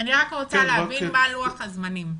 אני רק רוצה להבין מה לוח הזמנים.